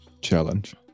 challenge